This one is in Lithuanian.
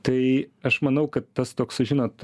tai aš manau kad tas toks žinot